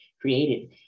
created